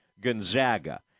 Gonzaga